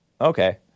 Okay